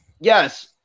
Yes